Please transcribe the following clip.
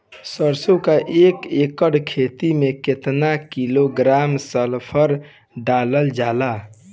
सरसों क एक एकड़ खेते में केतना किलोग्राम सल्फर डालल जाला?